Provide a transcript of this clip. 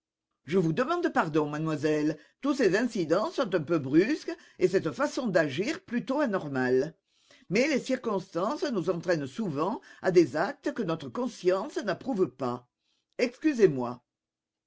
je vous demande pardon mademoiselle tous ces incidents sont un peu brusques et cette façon d'agir plutôt anormale mais les circonstances nous entraînent souvent à des actes que notre conscience n'approuve pas excusez-moi